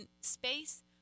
space